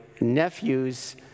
nephew's